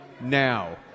now